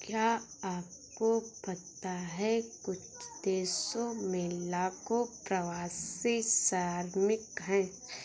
क्या आपको पता है कुछ देशों में लाखों प्रवासी श्रमिक हैं?